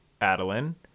Adeline